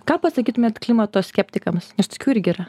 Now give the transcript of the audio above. ką pasakytumėt klimato skeptikams nes tokių irgi yra